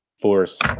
force